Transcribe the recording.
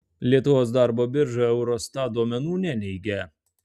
lietuvos darbo birža eurostat duomenų neneigia